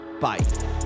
bye